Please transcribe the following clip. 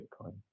Bitcoin